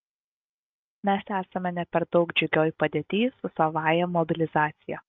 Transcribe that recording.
mes esame ne per daug džiugioj padėty su savąja mobilizacija